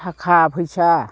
थाखा फैसा